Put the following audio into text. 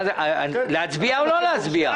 להצביע או לא להצביע?